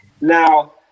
Now